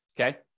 okay